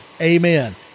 amen